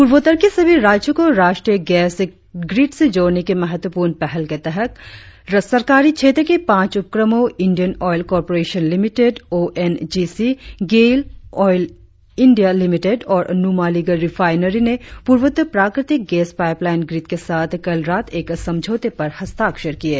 पूर्वोत्तर के सभी राज्यों को राष्ट्रीय गैस ग्रिड से जोड़ने की महत्वपूर्ण पहल के तहत सरकारी क्षेत्र के पांच उपक्रमो Indian Oil Corporation Limited ONGC GAIL Oil India Limited और नुमालीगढ़ रिफाइनरी ने पूर्वोत्तर प्राकृतिक गैस पाइपलाइन ग्रिड के साथ कल रात एक समझौते पर हस्ताक्षर किये